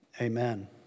amen